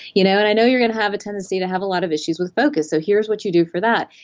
you know, and i know you're going to have a tendency to have a lot of issues with focus so here is what you do for that.